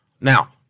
Now